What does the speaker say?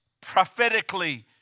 prophetically